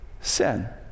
sin